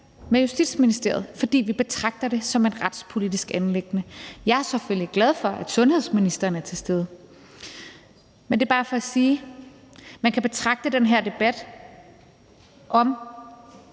med Justitsministeriet, fordi vi betragter det som et retspolitisk anliggende. Jeg er selvfølgelig glad for, at sundhedsministeren er til stede. Men det er bare for at sige, at man kan betragte den her debat om